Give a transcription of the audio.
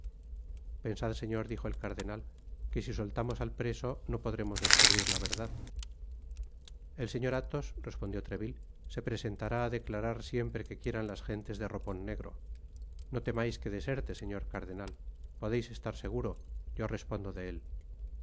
pensad señor dijo el cardenal que si soltamos al preso no podremos descubrir la verdad el señor athos respondió treville se presentará á declarar siempre que quieran las gentes de ropon negro no temais que deserte señor cardenal podeis estar seguro yo respondo de él